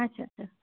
আচ্ছা আচ্ছা